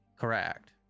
Correct